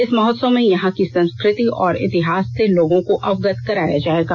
इस महोत्सव में यहां की संस्कृति और इतिहास से लोगों को अवगत कराया जायेगा